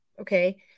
Okay